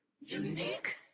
Unique